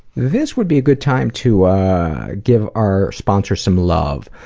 this would be a good time to give our sponsors some love.